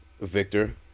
victor